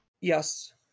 yes